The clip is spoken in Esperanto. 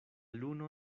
luno